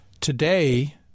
Today